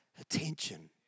attention